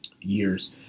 years